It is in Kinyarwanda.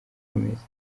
rimeze